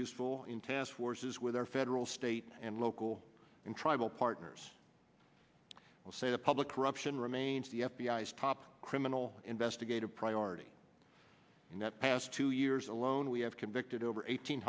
useful in task forces with our federal state and local and tribal partners will say the public corruption remains the f b i s top criminal investigative priority and that past two years alone we have convicted over eight